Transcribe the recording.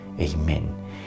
Amen